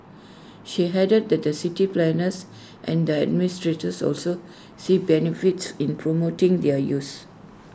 she added that the city planners and the administrators also see benefits in promoting their use